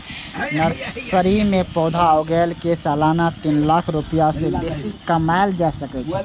nursery मे पौधा उगाय कें सालाना तीन लाख रुपैया सं बेसी कमाएल जा सकै छै